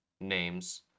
names